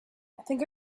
think